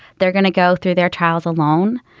they're gonna go through their trials alone.